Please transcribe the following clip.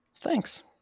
Thanks